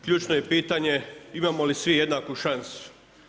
Ključno je pitanje, imamo li svi jednaku šansu?